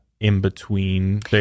in-between